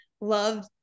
love